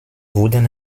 wurden